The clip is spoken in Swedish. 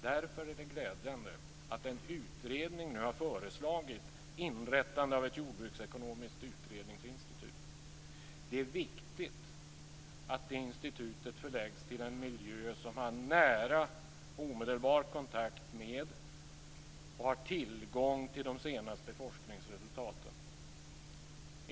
Därför är det glädjande att en utredning nu har föreslagit inrättandet av ett jordbruksekonomiskt utredningsinstitut. Det är viktigt att det institutet förläggs till en miljö som har nära och omedelbar kontakt med forskare och har tillgång till de senaste forskningsresultaten.